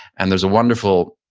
and there's a wonderful,